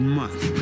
month